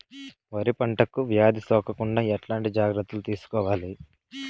వరి పంటకు వ్యాధి సోకకుండా ఎట్లాంటి జాగ్రత్తలు తీసుకోవాలి?